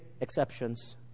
exceptions